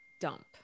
dump